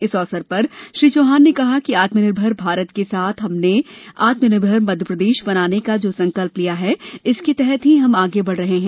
इस अवसर पर श्री चौहान ने कहा कि आत्मनिर्मर भारत के साथ हमने आत्मनिर्मर मध्यप्रदेश बनाने का जो संकल्प लिया है इसके तहत ही हम आगे बढ रहे हैं